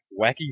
Wacky